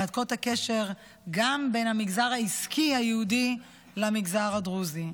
ומהדקות את הקשר גם בין המגזר העסקי היהודי למגזר הדרוזי.